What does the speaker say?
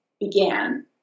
began